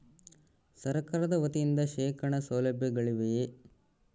ಸರಕಾರದ ವತಿಯಿಂದ ಶೇಖರಣ ಸೌಲಭ್ಯಗಳಿವೆಯೇ?